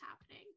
happening